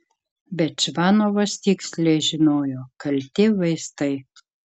bet čvanovas tiksliai žinojo kalti vaistai